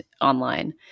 online